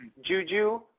juju